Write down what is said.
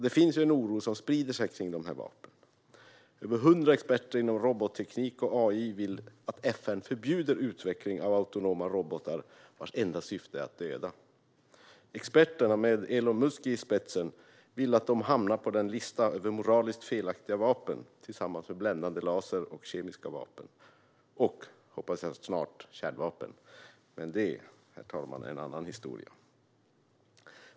Det finns en oro som sprider sig kring dessa vapen. Över 100 experter inom robotteknik och AI vill att FN förbjuder utveckling av autonoma robotar vars enda syfte är att döda. Experterna, med Elon Musk i spetsen, vill att de hamnar på listan över moraliskt felaktiga vapen, tillsammans med bländande laser och kemiska vapen - och, hoppas jag, snart också kärnvapen. Men det, herr talman, är en annan historia.